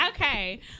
Okay